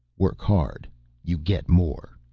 work hard you get more.